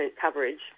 coverage